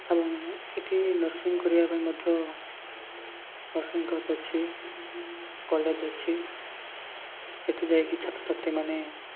ଏବଂ ଏଠି ନର୍ସିଙ୍ଗ କରିବା ପାଇଁ ମଧ୍ୟ ନର୍ସିଙ୍ଗ ଅଛି କଲେଜ ଅଛି ସେଠି ଯାଇକି ଛାତ୍ରଛାତ୍ରୀ ମାନେ